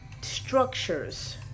structures